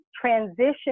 transition